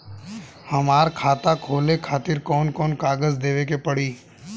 हमार खाता खोले खातिर कौन कौन कागज देवे के पड़ी?